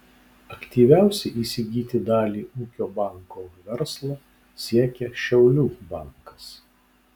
aktyviausiai įsigyti dalį ūkio banko verslo siekia šiaulių bankas